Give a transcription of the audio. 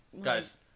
guys